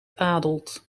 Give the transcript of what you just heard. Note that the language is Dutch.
adelt